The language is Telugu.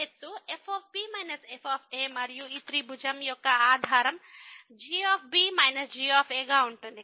ఎత్తు f f మరియు ఈ త్రిభుజం యొక్క ఆధారం g g గా ఉంటుంది